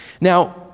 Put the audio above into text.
Now